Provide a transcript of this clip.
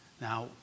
Now